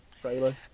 trailer